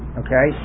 okay